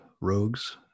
rogues